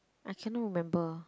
I cannot remember